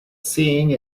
seeing